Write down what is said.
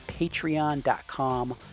patreon.com